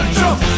jump